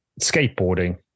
skateboarding